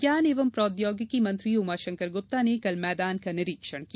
विज्ञान एवं प्रौद्योगिकी मंत्री उमाशंकर गुप्ता ने कल मैदान का निरीक्षण किया